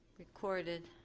recorded